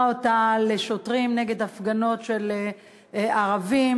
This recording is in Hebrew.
אותה לשוטרים נגד הפגנות של ערבים.